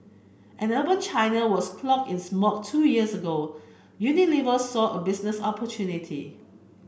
as urban China was cloaked in smog two years ago Unilever saw a business opportunity